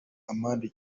amande